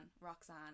Roxanne